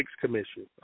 commission